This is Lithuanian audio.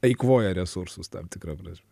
eikvoja resursus tam tikra prasme